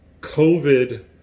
COVID